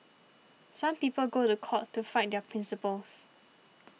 some people go to court to fight their principles